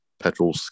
Petrol